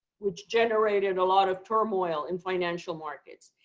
which generated a lot of turmoil in financial markets.